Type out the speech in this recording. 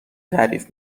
تعریف